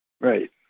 right